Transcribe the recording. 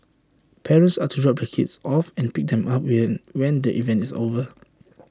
parents are to drop their kids off and pick them up here when the event is over